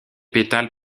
pétales